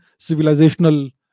civilizational